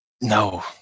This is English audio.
No